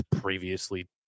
previously